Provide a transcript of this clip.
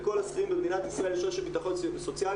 לכל השכירים במדינת ישראל יש רשת ביטחון סוציאלית,